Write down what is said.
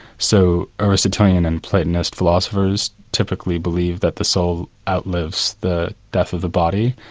so aristotlean and platonist philosophers typically believed that the soul outlives the death of the body,